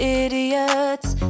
idiots